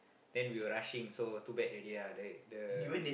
then we were rushing so too bad already then the